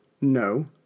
no